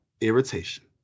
irritation